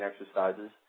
exercises